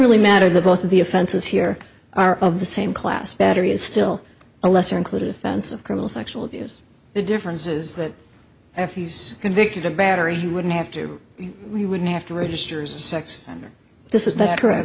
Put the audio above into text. really matter that both of the offenses here are of the same class battery is still a lesser included offense of criminal sexual abuse the difference is that if he's convicted of battery he wouldn't have to we wouldn't have to register as a sex offender this is that correct